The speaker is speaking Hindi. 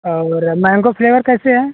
और मैंगो फ्लेवर कैसे है